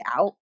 out